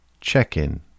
check-in